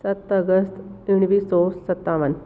सत अगस्त उणिवीह सौ सतवंजाहु